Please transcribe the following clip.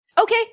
Okay